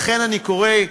לכן, אני קורא,